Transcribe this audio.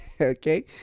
Okay